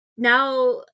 Now